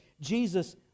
Jesus